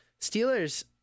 Steelers